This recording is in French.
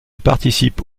participe